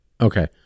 Okay